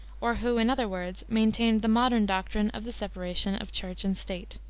or who, in other words, maintained the modern doctrine of the separation of church and state.